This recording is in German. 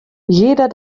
jeder